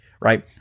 right